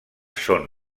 són